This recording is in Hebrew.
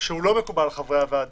שהוא לא מקובל על חברי הוועדה.